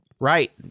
Right